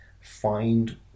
find